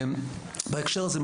בהקשר הזה,